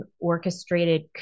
orchestrated